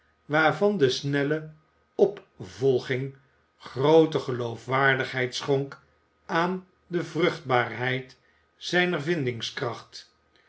waarvan de snelle opvolging groote geloofwaardigheid schonk aan de vruchtbaarheid zijner